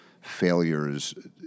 failures